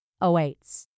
awaits